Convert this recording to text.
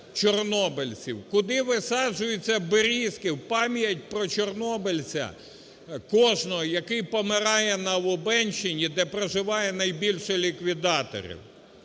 чорнобильців, куди висаджуються берізки в пам'ять про чорнобильця кожного, який помирає на Лубенщині, де проживає найбільше ліквідаторів.